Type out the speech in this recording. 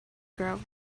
grow